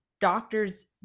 doctor's